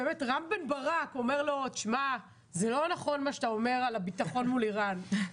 רם בן ברק אומר זה לא נכון מה שאתה אומר על הביטחון מול איראן.